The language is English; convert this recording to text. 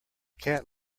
cat